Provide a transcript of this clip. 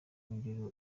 kongera